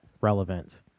relevant